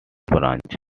branch